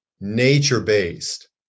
nature-based